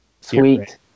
Sweet